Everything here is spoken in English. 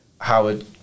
Howard